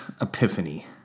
epiphany